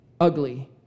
ugly